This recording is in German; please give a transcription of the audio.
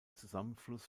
zusammenfluss